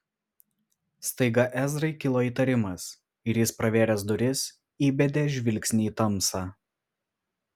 staiga ezrai kilo įtarimas ir jis pravėręs duris įbedė žvilgsnį į tamsą